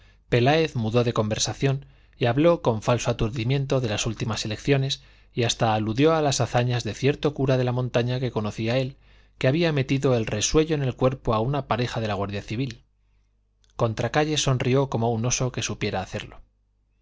peláez mudó de conversación y habló con falso aturdimiento de las últimas elecciones y hasta aludió a las hazañas de cierto cura de la montaña que conocía él que había metido el resuello en el cuerpo a una pareja de la guardia civil contracayes sonrió como un oso que supiera hacerlo